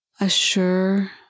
Assure